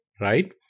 right